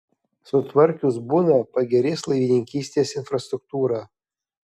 sutvarkius buną pagerės laivininkystės infrastruktūra